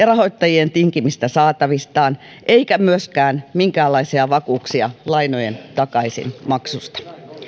rahoittajien tinkimistä saatavistaan eikä myöskään minkäänlaisia vakuuksia lainojen takaisinmaksusta